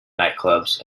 nightclubs